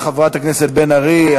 תודה רבה, חברת הכנסת בן ארי.